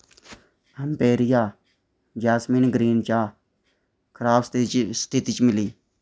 Emporia jasmine green चाह् खराब स्थिति च मिली